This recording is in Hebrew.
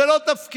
זה לא תפקידו.